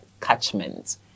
catchment